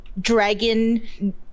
dragon